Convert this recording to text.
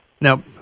Now